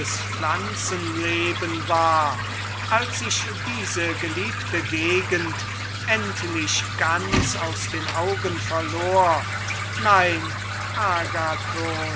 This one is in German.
war als ich diese geliebte gegend endlich ganz aus den augen verlor nein agathon